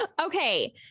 okay